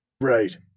Right